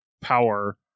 Power